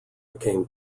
became